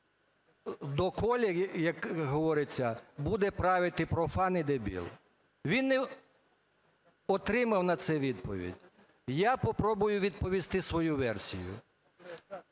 доколи, як говориться, буде правити профан і дебіл. Він не отримав на це відповідь. Я попробую відповісти свою версію.